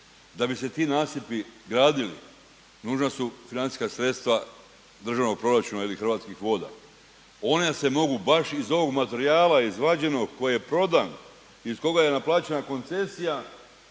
Da bi se ti nasipi gradili nužna su financijska sredstva državnog proračuna ili Hrvatskih voda. One se mogu baš iz ovog materijala izvađenog, koji je prodan i iz kojega je naplaćena koncesija